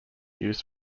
used